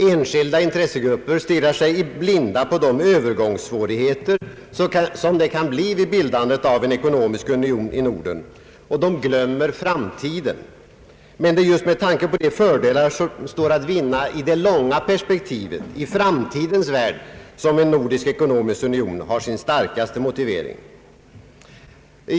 Enskilda intressegrupper stirrar sig blinda på de Öövergångssvårigheter, som kan uppstå vid bildandet av en ekonomisk union i Norden, och de glömmer framtiden. Men det är just med tanke på de fördelar som står att vinna i det långa perspektivet, i framtidens värld, som en nordisk ekonomisk union har sin starkaste motivering.